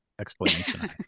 explanation